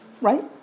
Right